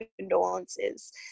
condolences